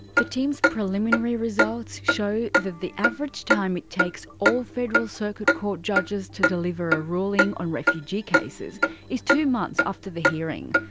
the team's preliminary results show that the average time it takes all federal circuit court judges to deliver a ruling on refugee cases is two months after the hearing.